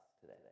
today